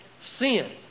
sin